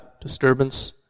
disturbance